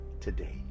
Today